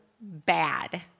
bad